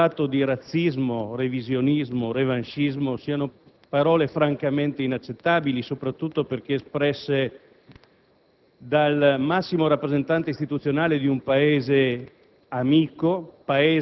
che è stato accusato di razzismo, revisionismo e revanscismo, siano francamente inaccettabili, soprattutto perché espresse dal massimo rappresentante istituzionale di un Paese